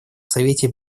совете